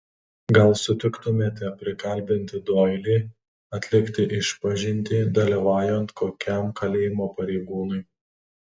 gal sutiktumėte prikalbinti doilį atlikti išpažintį dalyvaujant kokiam kalėjimo pareigūnui